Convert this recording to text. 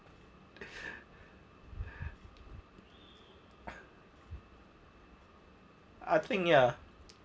I think ya